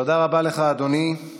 תודה רבה לך, אדוני.